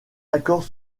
accords